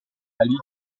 valigia